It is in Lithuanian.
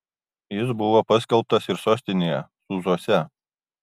jis buvo paskelbtas ir sostinėje sūzuose